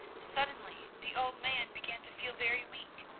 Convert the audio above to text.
suddenly the old man began to feel very weak.